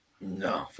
no